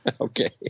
okay